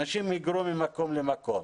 אנשים היגרו ממקום למקום.